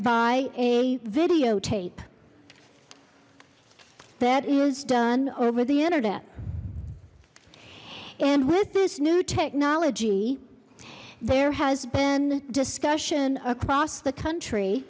by a videotape that is done over the internet and with this new technology there has been discussion across the country